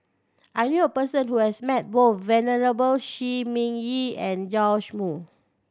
I knew a person who has met both Venerable Shi Ming Yi and Joash Moo